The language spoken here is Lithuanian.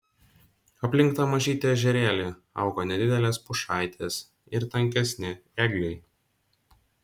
aplink tą mažytį ežerėlį augo nedidelės pušaitės ir tankesni ėgliai